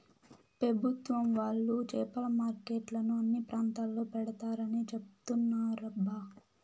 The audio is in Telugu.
పెభుత్వం వాళ్ళు చేపల మార్కెట్లను అన్ని ప్రాంతాల్లో పెడతారని చెబుతున్నారబ్బా